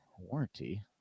warranty